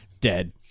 dead